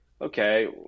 okay